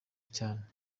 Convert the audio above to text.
cyane